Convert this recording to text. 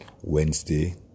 Wednesday